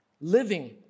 Living